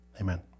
amen